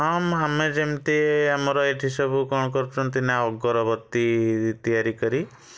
ହଁ ଆମେ ଯେମତି ଆମର ଏଇଠି ସବୁ କ'ଣ କରୁଛନ୍ତି ନା ଅଗରବତୀ ତିଆରି କରି